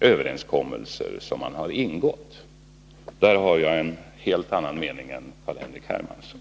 överenskommelser som det har ingått. Där har jag en helt annan mening än Carl-Henrik Hermansson.